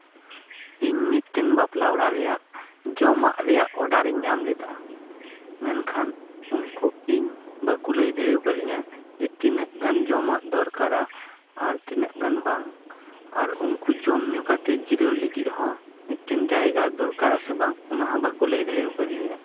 ᱤᱧ ᱢᱤᱫᱴᱮᱱ ᱵᱟᱯᱞᱟ ᱚᱲᱟᱜ ᱨᱮᱭᱟᱜ ᱡᱚᱢᱟᱜ ᱨᱮᱭᱟᱜ ᱚᱰᱟᱨᱤᱧ ᱧᱟᱢ ᱞᱮᱫᱟ ᱢᱮᱱᱠᱷᱟᱱ ᱩᱱᱠᱩ ᱤᱧ ᱵᱟᱠᱚ ᱞᱟᱹᱭ ᱫᱟᱲᱮᱠᱟᱣᱫᱤᱧᱟᱹ ᱡᱮ ᱛᱤᱱᱟᱹᱜ ᱜᱟᱱ ᱡᱚᱢᱟᱜ ᱫᱚᱨᱠᱟᱨᱟ ᱟᱨ ᱛᱤᱱᱟᱹᱜ ᱜᱟᱱ ᱵᱟᱝ ᱟᱨ ᱩᱱᱠᱩ ᱡᱚᱢ ᱧᱩ ᱠᱟᱛᱮ ᱡᱤᱨᱟᱹᱣ ᱞᱟᱹᱜᱤᱫ ᱦᱚᱸ ᱢᱤᱫᱴᱮᱱ ᱡᱟᱭᱜᱟ ᱫᱚᱨᱠᱟᱨᱮ ᱥᱮ ᱵᱟᱝ ᱚᱱᱟ ᱦᱚᱸ ᱵᱟᱠᱚ ᱞᱟᱹᱭ ᱫᱟᱲᱮᱠᱟᱣᱫᱤᱧᱟᱹ